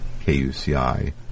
KUCI